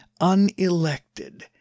unelected